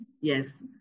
Yes